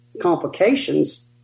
complications